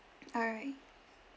alright